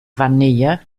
vanille